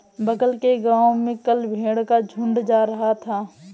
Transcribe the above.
बगल के गांव में कल भेड़ का झुंड जा रहा था